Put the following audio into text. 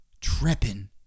tripping